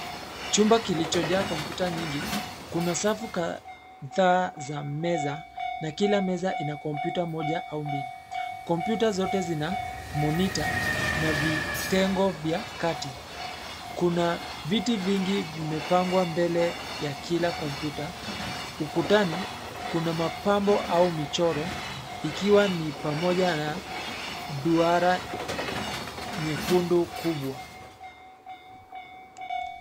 Chumba kilichojaa kompyuta nyingi, kuna safu kadhaa za meza na kila meza ina kompyuta moja au mbili. Kompyuta zote zina monita na vitengo vya kati. Kuna viti vingi vimepangwa mbele ya kila kompyuta. Ukutani, kuna mapambo au michoro ikiwa ni pamoja na duara nyekundu kubwa.